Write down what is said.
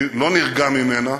אני לא נרגע ממנה,